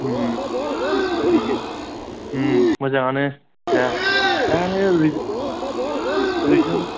बेनो मोजाङानो दा रिजाल्थ